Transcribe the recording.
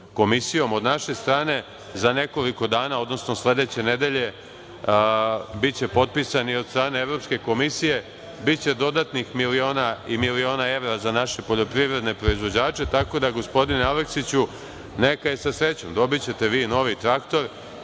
od naše strane. Za nekoliko dana, odnosno sledeće nedelje biće potpisan i od strane Evropske komisije. Biće dodatnih miliona i miliona evra za naše poljoprivredne proizvođače, tako da, gospodine Aleksiću, neka je sa srećom. Dobiće te vi novi traktor. Meni